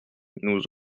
nous